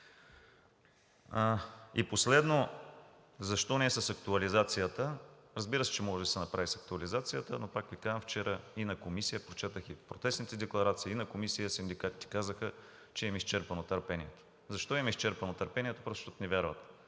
Последно: защо не с актуализацията? Разбира се, че може да се направи с актуализацията, но пак Ви казвам, вчера на комисия прочетоха и протестните декларации. На комисия синдикатите казаха, че им е изчерпано търпението. Защо им е изчерпано търпението – просто защото не вярват.